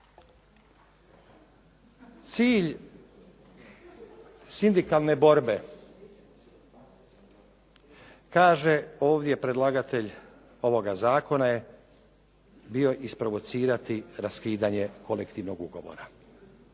Cilj sindikalne borbe, kaže ovdje predlagatelj ovog zakona, je bio isprovocirati raskidanje kolektivnog ugovora.